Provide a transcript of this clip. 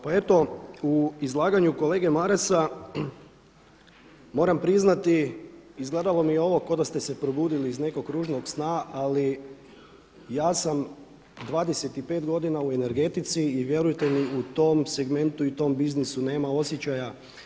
Pa eto u izlaganju kolege Marasa moram priznati izgledalo mi je ovo kao da ste se probudili iz nekog ružnog sna, ali ja sam 25 godina u energetici i vjerujte mi u tom segmentu i u tom biznisu nema osjećaja.